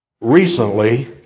Recently